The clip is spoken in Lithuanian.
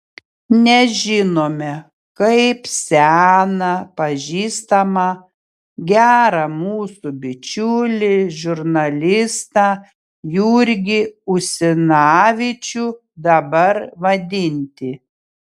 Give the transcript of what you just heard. nežinome kaip seną pažįstamą gerą mūsų bičiulį žurnalistą jurgį usinavičių dabar vadinti